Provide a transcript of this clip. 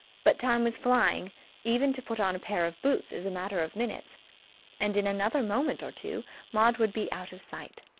but time was flying even to put on a pair of boots is a matter of minutes and in another moment or two maud would be out of sight.